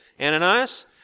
Ananias